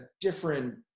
different